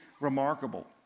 remarkable